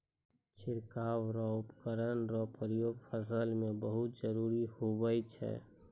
छिड़काव रो उपकरण रो प्रयोग फसल मे बहुत जरुरी हुवै छै